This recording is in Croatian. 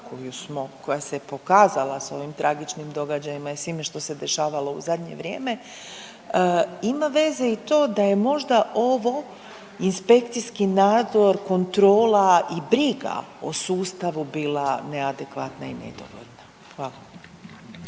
koja se pokazala sa ovim tragičnim događajima i svime što se dešavalo u zadnje vrijeme ima veze i to da je možda ovo inspekcijski nadzor, kontrola i briga o sustavu bila neadekvatna i nedovoljna? Hvala.